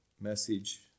message